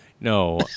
No